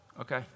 Okay